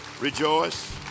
Rejoice